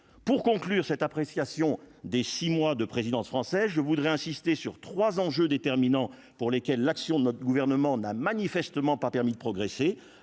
pour conclure cette appréciation des 6 mois de présidence française je voudrais insister sur 3 enjeux déterminants pour lesquels l'action de notre gouvernement n'a manifestement pas permis de progresser